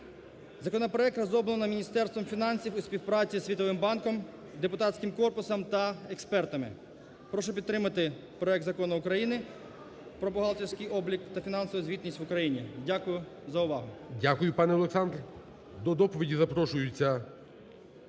Законопроект розроблено Міністерством фінансів у співпраці зі Світовим банком, депутатським корпусом та експертами. Прошу підтримати проект Закону України "Про бухгалтерський облік та фінансову звітність в Україні". Дякую за увагу. ГОЛОВУЮЧИЙ. Дякую, пане Олександр. До доповіді запрошується